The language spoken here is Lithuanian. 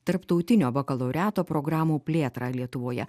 tarptautinio bakalaureato programų plėtrą lietuvoje